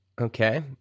Okay